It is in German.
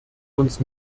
uns